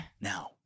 now